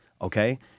okay